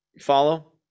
Follow